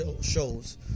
shows